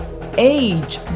age